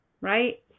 right